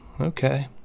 Okay